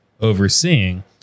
overseeing